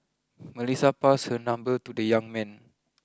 Melissa passed her number to the young man